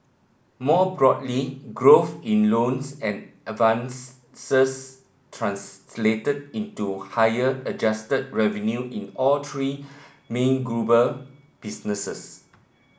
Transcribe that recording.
more broadly growth in loans and advance translated into higher adjusted revenue in all three main global businesses